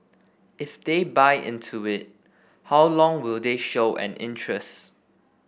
if they buy into it how long will they show an interest